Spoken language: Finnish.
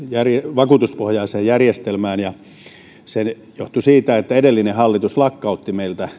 vakuutuspohjaiseen järjestelmään se johtui siitä että edellinen hallitus lakkautti meiltä